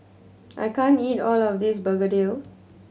I can't eat all of this begedil